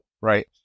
right